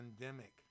pandemic